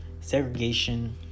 Segregation